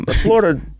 Florida